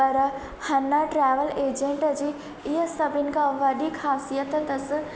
पर हना travel agent जी इहा सभिनि खां वॾी ख़ासियत अथसि